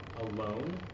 alone